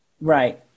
right